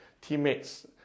teammates